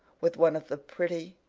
with one of the pretty,